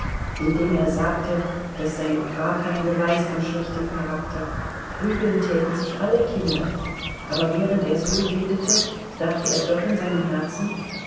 indem er sagte das sei noch gar kein beweis von schlechtem charakter prügeln täten sich alle kinder aber während er so redete dachte er doch in seinem herzen